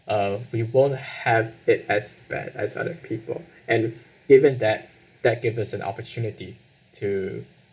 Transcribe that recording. uh we won't have it as bad as other people and given that that give us an opportunity to